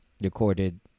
recorded